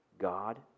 God